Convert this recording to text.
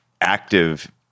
active